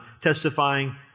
testifying